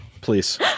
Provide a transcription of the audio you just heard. please